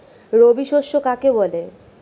রবি শস্য কাকে বলে?